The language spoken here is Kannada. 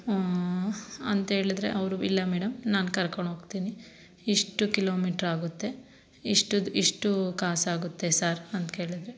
ಅಂತ ಹೇಳಿದರೆ ಅವರು ಇಲ್ಲ ಮೇಡಮ್ ನಾನು ಕರ್ಕೊಂಡು ಹೋಗ್ತೀನಿ ಇಷ್ಟು ಕಿಲೋಮೀಟರ್ ಆಗುತ್ತೆ ಇಷ್ಟು ಇಷ್ಟು ಕಾಸು ಆಗುತ್ತೆ ಸರ್ ಅಂತ ಕೇಳಿದರೆ